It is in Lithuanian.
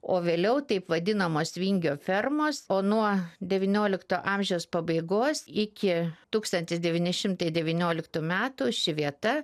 o vėliau taip vadinamos vingio fermos o nuo devyniolikto amžiaus pabaigos iki tūkstantis devyni šimtai devynioliktų metų ši vieta